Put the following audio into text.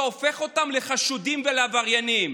לחשודים ולעבריינים?